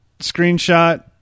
screenshot